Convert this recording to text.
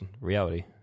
reality